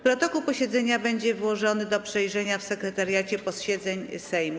Protokół posiedzenia będzie wyłożony do przejrzenia w Sekretariacie Posiedzeń Sejmu.